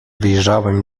wyjrzałem